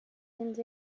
cents